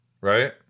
right